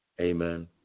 Amen